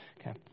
Okay